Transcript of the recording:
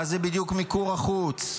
מה זה בדיוק מיקור החוץ?